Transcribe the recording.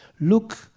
look